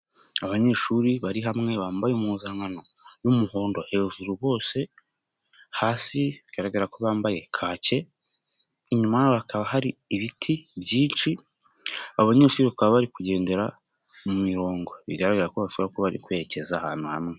Abanyeshuri bari hamwe bambaye impuzankano y'umuhondo hejuru bose, hasi bigaragara ko bambaye kake. lnyuma yabo hakaba hari ibiti byinshi, abo banyeshuri bakaba bari kujyendera mu mirongo bigaragara ko bashobora kuba bari kwerekeza ahantu hamwe.